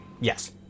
Yes